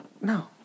No